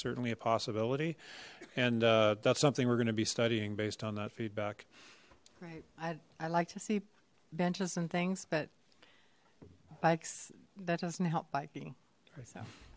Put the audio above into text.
certainly a possibility and uh that's something we're going to be studying based on that feedback right i like to see benches and things but bikes that doesn't help biking